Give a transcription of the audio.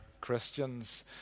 Christians